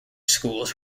schools